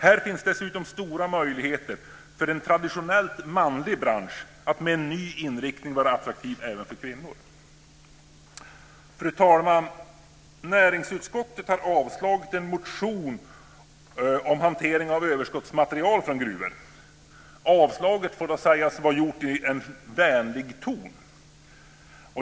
Här finns dessutom stora möjligheter för en traditionellt mansdominerad bransch att med en ny inriktning vara attraktiv även för kvinnor. Fru talman! Näringsutskottet har avslagit en motion om hantering av överskottsmaterial från gruvor. Avslaget får dock sägas vara gjort i en vänlig ton.